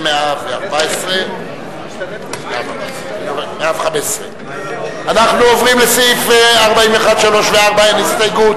ההסתייגות השנייה של קבוצת סיעת חד"ש לסעיף 41(1) לא נתקבלה.